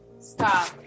Stop